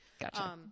Gotcha